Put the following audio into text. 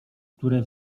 które